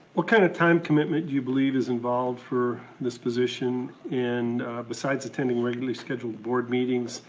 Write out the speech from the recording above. what kind of time commitment do you believe is involved for this position? and besides attending regularly scheduled board meetings,